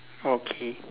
okay